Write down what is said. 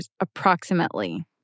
approximately